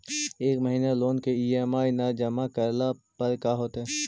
एक महिना लोन के ई.एम.आई न जमा करला पर का होतइ?